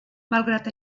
malgrat